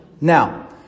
Now